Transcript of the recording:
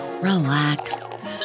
relax